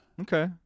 Okay